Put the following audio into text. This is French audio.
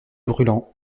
brûlants